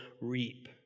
reap